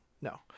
No